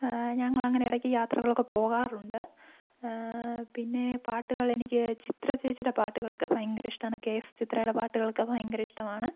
ഞങ്ങൾ അങ്ങനെ ഇടക്ക് യാത്രകളൊക്കെ പോകാറുണ്ട് പിന്നെ പാട്ടുകൾ എനിക്ക് ചിത്ര ചേച്ചിയുടെ പാട്ടുകളൊക്കെ ഭയങ്കര ഇഷ്ടമാണ് കെ എസ് ചിത്രയുടെ പാട്ടു കേൾക്കാൻ ഭയങ്കര ഇഷ്ടമാണ്